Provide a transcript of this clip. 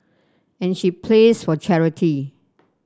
and she plays for charity